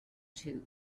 too